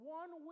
one